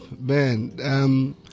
Man